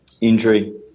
injury